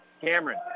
Cameron